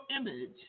image